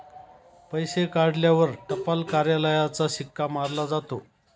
पैसे काढल्यावर टपाल कार्यालयाचा शिक्का मारला जातो